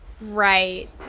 right